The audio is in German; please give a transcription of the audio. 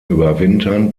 überwintern